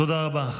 תודה רבה.